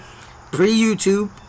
Pre-YouTube